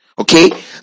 Okay